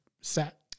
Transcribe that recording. set